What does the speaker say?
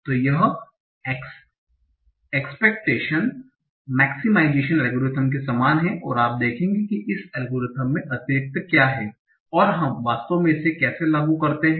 तो यह expectation maximisation algorithm के समान है और आप देखेंगे कि इस एल्गोरिथ्म मे अतिरिक्त क्या है और हम वास्तव में इसे कैसे लागू करते हैं